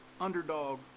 underdog